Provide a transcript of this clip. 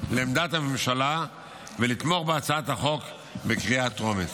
לעמדת הממשלה ולתמוך בהצעת החוק בקריאה טרומית.